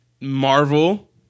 Marvel